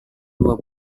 dua